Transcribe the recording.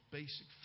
basic